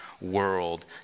World